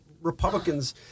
Republicans